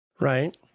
Right